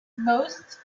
most